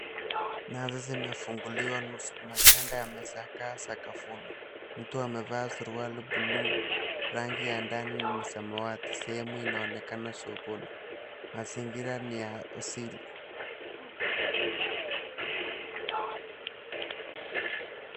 Nazi zimefunguliwa nusu maganda yamezagaa sakafuni. Mtu amevaa suruali buluu rangi ya ndani ni samawati. Sehemu inayoonekana sokoni, mazingira ni ya asili.